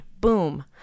boom